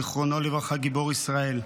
זיכרונו לברכה, גיבור ישראל: